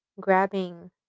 grabbing